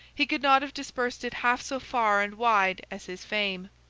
he could not have dispersed it half so far and wide as his fame.